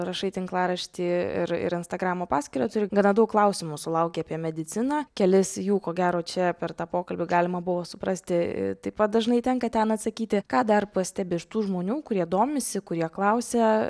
rašai tinklaraštį ir ir instagramo paskyrą turi gana daug klausimų sulaukė apie mediciną kelis jų ko gero čia per tą pokalbį galima buvo suprasti taip pat dažnai tenka ten atsakyti ką dar pastebi iš tų žmonių kurie domisi kurie klausia